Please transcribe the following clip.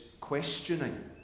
questioning